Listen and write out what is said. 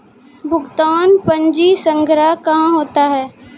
भुगतान पंजी संग्रह कहां होता हैं?